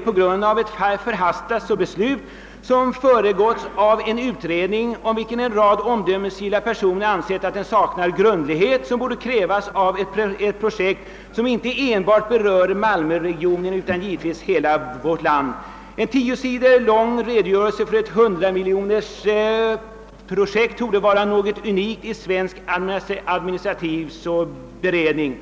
på grund av ett förhastat beslut som föregåtts av en utredning, vilken en rad omdömesgilla personer ansett sakna den grundlighet som borde krävas när det gäller ett projekt som inte enbart berör malmöregionen utan givetvis hela vårt land. En tio sidor lång redogörelse för ett hundramiljonersprojekt torde vara något unikt i svensk administrativ beredning.